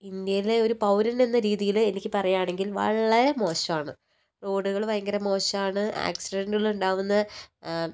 ഇന്ത്യയിലെ ഒരു പൗരൻ എന്ന രീതിയില് എനിക്ക് പറയാണെങ്കിൽ വളരെ മോശാണ് റോഡുകൾ ഭയങ്കര മോശാണ് ആക്സിഡന്റുകള് ഉണ്ടാകുന്ന